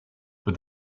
but